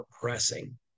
pressing